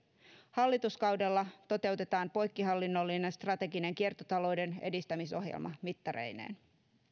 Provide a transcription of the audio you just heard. hallituskaudella toteutetaan poikkihallinnollinen strateginen kiertotalouden edistämisohjelma mittareineen